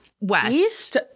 West